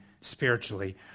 spiritually